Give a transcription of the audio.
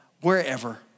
Wherever